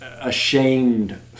ashamed